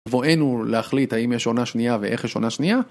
בואנו להחליט האם יש עונה שנייה ואיך יש עונה שנייה.